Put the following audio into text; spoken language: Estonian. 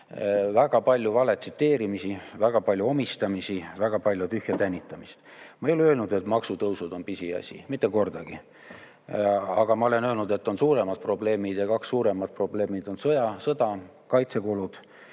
Väga palju valet tsiteerimist, väga palju omistamisi, väga palju tühja tänitamist. Ma ei ole öelnud, et maksutõusud on pisiasi – mitte kordagi. Aga ma olen öelnud, et on suuremad probleemid, ja kaks suuremat probleemi on sõda, kaitsekulud